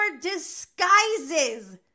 disguises